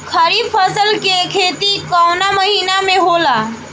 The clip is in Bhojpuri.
खरीफ फसल के खेती कवना महीना में होला?